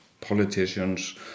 politicians